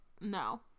No